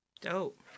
Dope